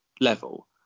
level